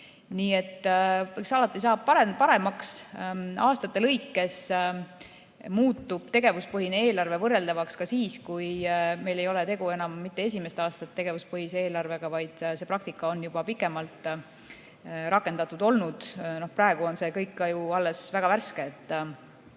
mõte. Eks alati saab muuta paremaks. Aastate lõikes muutub tegevuspõhine eelarve võrreldavaks siis, kui meil ei ole enam mitte esimest aastat tegu tegevuspõhise eelarvega, vaid see praktika on juba pikemalt rakendatud olnud. Praegu on see kõik ju alles väga värske.